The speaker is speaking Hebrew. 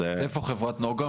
איפה חברת נגה?